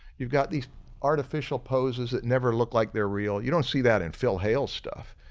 you've got these artificial poses that never look like they're real, you don't see that in phil hale stuff,